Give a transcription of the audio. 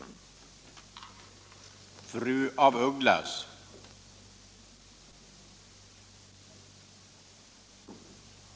Internationellt utvecklingssamar